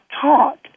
taught